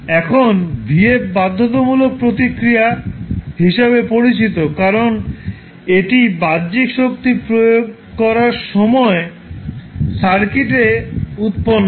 এখন v f বাধ্যতামূলক প্রতিক্রিয়া হিসাবে পরিচিত কারণ এটি বাহ্যিক শক্তি প্রয়োগ করার সময় সার্কিট এ উৎপন্ন হয়